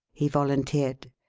he volunteered.